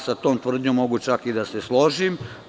Sa tom tvrdnjom mogu čak i da se složim.